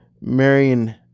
Marion